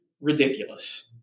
ridiculous